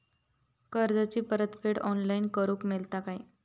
कर्जाची परत फेड ऑनलाइन करूक मेलता काय?